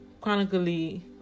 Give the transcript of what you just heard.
chronically